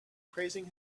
praising